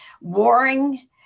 warring